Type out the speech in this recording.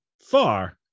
far